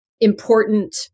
important